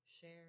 share